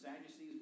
Sadducees